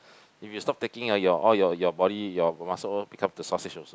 if you stop taking ah your all your your body your muscle become the sausage also